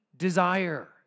desire